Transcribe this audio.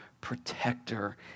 protector